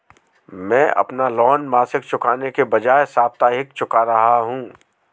मैं अपना लोन मासिक चुकाने के बजाए साप्ताहिक चुका रहा हूँ